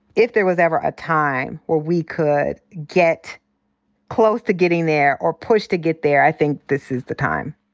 if there was ever a time where we could get close to getting there, or push to get there, i think this is the time.